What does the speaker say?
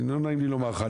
לא נעים לי לומר לך.